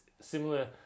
similar